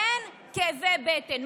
אין כאבי בטן.